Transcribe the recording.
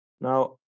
Now